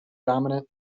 dominant